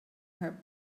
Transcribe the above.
her